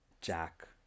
Jack